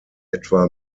etwa